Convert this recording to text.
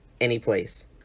anyplace